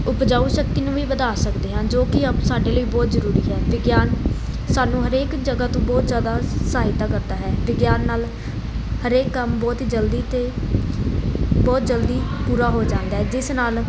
ਉਪਜਾਊ ਸ਼ਕਤੀ ਨੂੰ ਵੀ ਵਧਾ ਸਕਦੇ ਹਾਂ ਜੋ ਕਿ ਆ ਸਾਡੇ ਲਈ ਬਹੁਤ ਜ਼ਰੂਰੀ ਹੈ ਵਿਗਿਆਨ ਸਾਨੂੰ ਹਰੇਕ ਜਗ੍ਹਾ ਤੋਂ ਬਹੁਤ ਜ਼ਿਆਦਾ ਸਹਾਇਤਾ ਕਰਦਾ ਹੈ ਵਿਗਿਆਨ ਨਾਲ ਹਰੇਕ ਕੰਮ ਬਹੁਤ ਹੀ ਜਲਦੀ ਅਤੇ ਬਹੁਤ ਜਲਦੀ ਪੂਰਾ ਹੋ ਜਾਂਦਾ ਜਿਸ ਨਾਲ